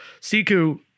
Siku